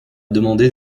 demandé